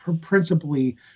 principally